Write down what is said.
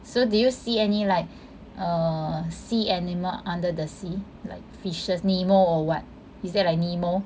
so do you see any like err sea animal under the sea like fishes nemo or what is there like nemo